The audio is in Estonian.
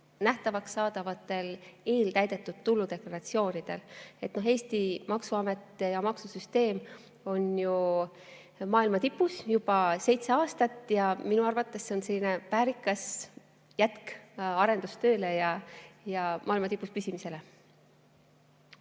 nähtavaks saadavatel eeltäidetud tuludeklaratsioonidel. Eesti maksuamet ja maksusüsteem on maailma tipus olnud juba seitse aastat ja minu arvates on see väärikas jätk arendustööle ja [võimaldab] maailma tipus püsida.